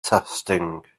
testing